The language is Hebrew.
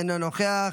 אינו נוכח,